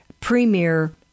premier